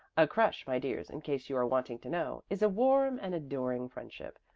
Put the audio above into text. a crush, my dears, in case you are wanting to know, is a warm and adoring friendship.